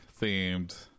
themed